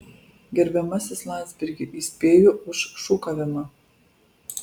gerbiamasis landsbergi įspėju už šūkavimą